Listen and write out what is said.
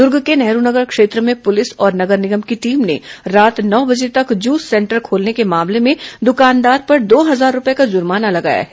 दुर्ग के नेहरू नगर क्षेत्र में पुलिस और नगर निगम की टीम ने रात नौ बजे तक जूस सेंटर खोलने के मामले में दुकानदार पर दो हजार रूपये का जुर्माना लगाया है